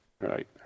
right